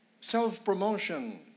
Self-promotion